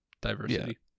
diversity